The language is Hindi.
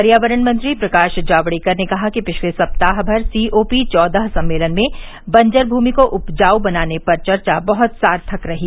पर्यावरण मंत्री प्रकाश जावडेकर ने कहा कि पिछले सप्ताह भर सी ओ पी चौदह सम्मेलन में बंजर भूमि को उपजाऊ बनाने पर चर्चा बह्त सार्थक रही